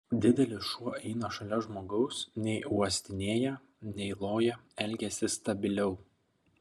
didelis šuo eina šalia žmogaus nei uostinėją nei loja elgiasi stabiliau